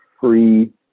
free